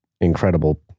incredible